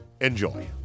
Enjoy